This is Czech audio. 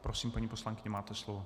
Prosím, paní poslankyně, máte slovo.